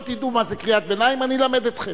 לא תדעו מה זה קריאת ביניים, אני אלמד אתכם.